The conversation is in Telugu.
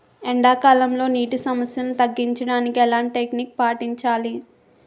ఎండా కాలంలో, నీటి సమస్యలను తగ్గించడానికి ఎలాంటి టెక్నిక్ పాటించాలి?